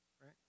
right